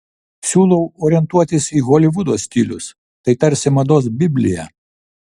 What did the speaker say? siūlau orientuotis į holivudo stilius tai tarsi mados biblija